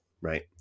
right